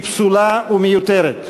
היא פסולה ומיותרת.